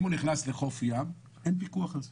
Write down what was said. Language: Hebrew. אם הוא נכנס לחוף ים אין פיקוח על זה,